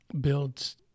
builds